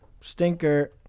Stinker